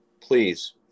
please